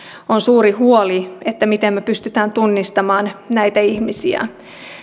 on suuri huoli siitä miten me pystymme tunnistamaan näitä ihmisiä